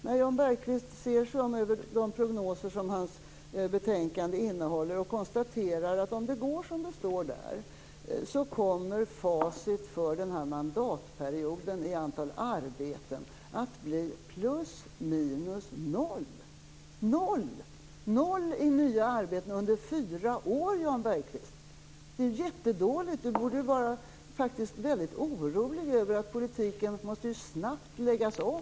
När Jan Bergqvist ser över de prognoser som betänkandet innehåller kan han konstatera att om det går som det står där kommer facit för den här mandatperioden i antalet arbeten att bli plus minus noll. Noll i nya arbeten under fyra år, Jan Bergqvist! Det är ju jättedåligt! Jan Bergqvist borde faktiskt vara orolig över att politiken snabbt måste läggas om.